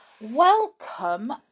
welcome